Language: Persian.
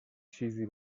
چیزی